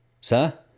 Sir